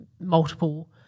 multiple